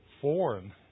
foreign